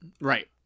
Right